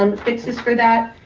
um fix this for that,